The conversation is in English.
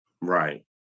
Right